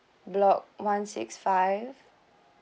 block one six five